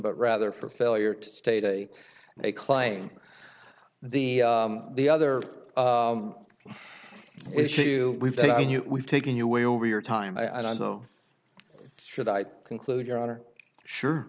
but rather for failure to state they claim the the other issue we've we've taken you way over your time i don't know should i conclude your honor sure